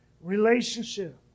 relationship